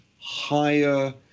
higher